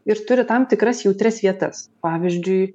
ir turi tam tikras jautrias vietas pavyzdžiui